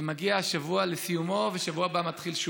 שמגיע השבוע לסיומו ובשבוע הבא יתחיל שוב.